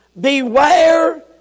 Beware